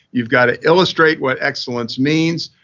you've got to illustrate what excellence means.